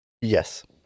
Yes